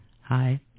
Hi